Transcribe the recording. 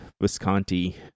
Visconti